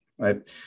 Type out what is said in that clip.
Right